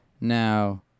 Now